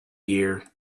gear